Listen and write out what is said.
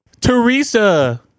Teresa